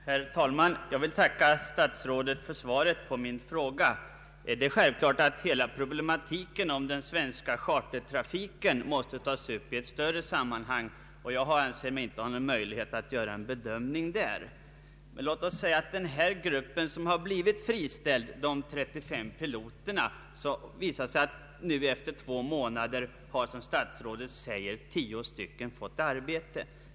Herr talman! Jag vill tacka statsrådet för svaret på min fråga. Det är självklart att hela problematiken om den svenska chartertrafiken måste tas upp i ett större sammanhang. Jag anser mig inte ha någon möjlighet att göra en sådan bedömning. Beträffande den grupp på 35 piloter som blivit friställd visar det sig att nu efter drygt två månader, som statsrådet säger, 10 stycken fått arbete.